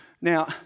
Now